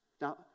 Now